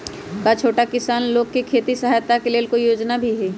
का छोटा किसान लोग के खेती सहायता के लेंल कोई योजना भी हई?